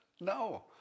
No